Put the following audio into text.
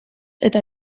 eta